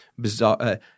bizarre –